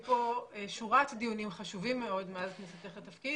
היו פה שורת דיונים חשובים מאוד,